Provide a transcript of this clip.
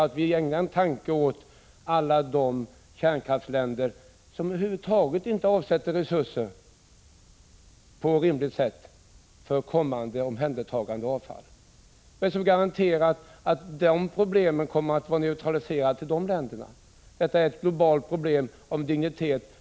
Vi bör också ägna en tanke åt alla de kärnkraftsländer som över = 7 april 1986 huvud taget inte avsätter resurser på rimligt sätt för kommande omhändertagande av avfall. Vad är det som garanterar att de problemen kommer att vara neutraliserade till de länderna? Detta är ett globalt problem av dignitet.